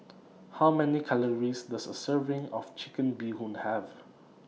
How Many Calories Does A Serving of Chicken Bee Hoon Have